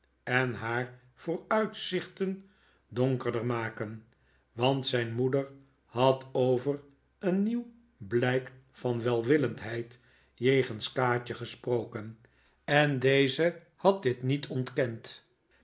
en haar vooruitzichten donkerder maken want zijn moeder had over een nieuw blijk van welwillendheid jegens kaatje gesproken en deze had dit niet ontkend